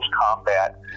Combat